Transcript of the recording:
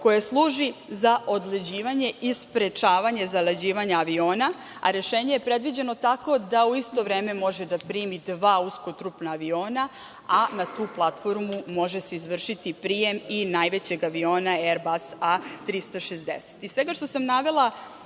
koja služi za odleđivanje i sprečavanje zaleđivanja aviona, a rešenje je predviđeno tako da u isto vreme može da primi dva uskotrupna aviona, a na tu platformu može se izvršiti prijem i najvećeg aviona Erbas A 360.Iz